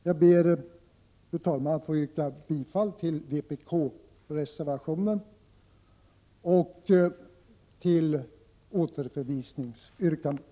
Jag ber, fru talman, att få yrka bifall till vpk-reservationen och till återförvisningsyrkandet.